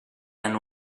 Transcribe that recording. and